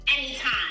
anytime